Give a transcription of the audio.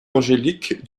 angélique